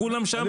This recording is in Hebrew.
כולם שם.